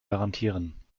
garantieren